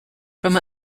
from